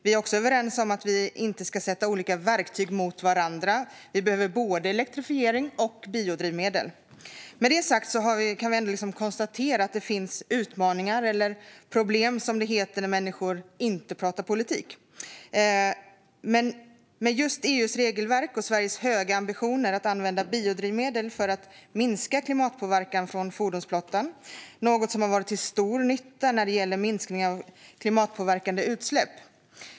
Vi är också överens om att vi inte ska sätta olika verktyg mot varandra. Vi behöver både elektrifiering och biodrivmedel. Med det sagt kan vi ändå konstatera att det finns utmaningar - eller problem, som det heter när människor inte pratar politik - med just EU:s regelverk och Sveriges höga ambitioner att använda biodrivmedel för att minska klimatpåverkan från fordonsflottan, något som har varit till stor nytta när det gäller minskningen av klimatpåverkande utsläpp.